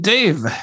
Dave